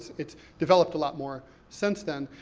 it's developed a lot more since then.